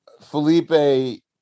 Felipe